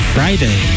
Friday